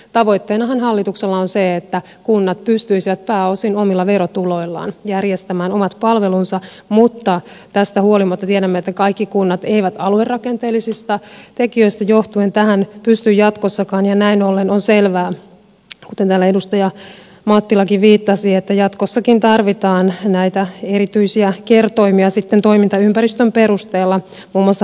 tavoitteenahan hallituksella on se että kunnat pystyisivät pääosin omilla verotuloillaan järjestämään omat palvelunsa mutta tästä huolimatta tiedämme että kaikki kunnat eivät aluerakenteellisista tekijöistä johtuen tähän pysty jatkossakaan ja näin ollen on selvää kuten täällä edustaja mattilakin viittasi että jatkossakin tarvitaan näitä erityisiä kertoimia sitten toimintaympäristön perusteella muun muassa harvaan asutuille alueille